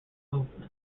movements